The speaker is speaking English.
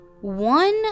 one